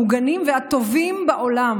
המוגנים והטובים בעולם.